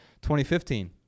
2015